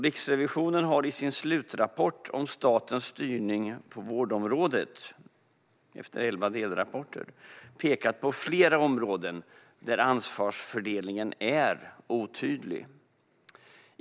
Riksrevisionen har i sin slutrapport om statens styrning på vårdområdet, efter elva delrapporter, pekat på flera områden där ansvarsfördelningen är otydlig.